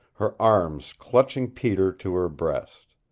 her arms clutching peter to her breast.